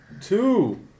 Two